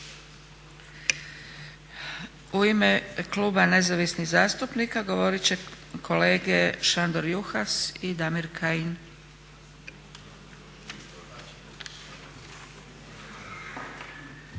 U ime kluba nezavisnih zastupnika govorit će kolege Šandor Juhas i Damir Kajin.